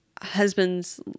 husband's